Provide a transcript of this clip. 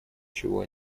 чего